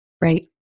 right